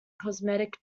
cosmetic